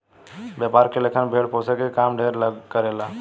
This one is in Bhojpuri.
व्यापार के लेखन भेड़ पोसके के काम ढेरे लोग करेला